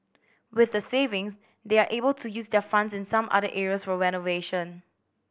with the savings they're able to use their funds in some other areas for renovation